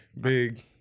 big